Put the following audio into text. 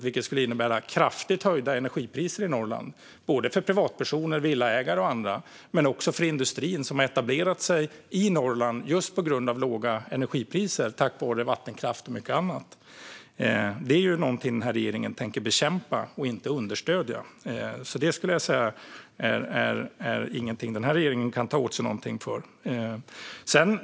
Det skulle innebära kraftigt höjda energipriser i Norrland för privatpersoner, villaägare och andra, men också för industrin som har etablerat sig i Norrland just på grund av låga energipriser, tack vare vattenkraft och mycket annat. Detta är någonting som regeringen tänker bekämpa och inte understödja, så det är inte något som den här regeringen kan ta åt sig äran av.